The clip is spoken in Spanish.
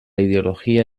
ideología